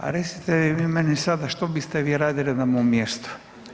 A recite vi meni sada što biste vi radili na mom mjestu?